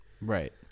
right